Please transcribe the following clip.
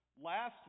last